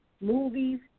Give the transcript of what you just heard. movies